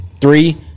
three